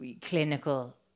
clinical